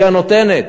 היא הנותנת.